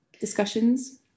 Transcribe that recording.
discussions